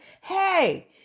Hey